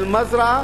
אל-מזרעה,